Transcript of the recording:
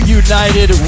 united